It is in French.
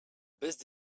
baisse